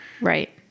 Right